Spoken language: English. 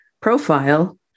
profile